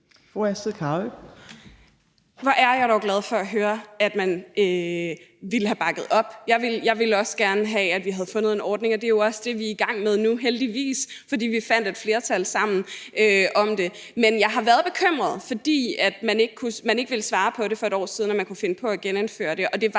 Hvor er jeg dog glad for at høre, at man ville have bakket op. Jeg ville også gerne have, at vi havde fundet en ordning, og det er jo også det, vi er i gang med nu, heldigvis, fordi vi fandt et flertal sammen om det. Men jeg har været bekymret, fordi man ikke ville svare på det for et år siden, altså om man kunne finde på at genindføre det.